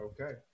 Okay